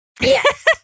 Yes